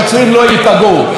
אז אם כן, תודות.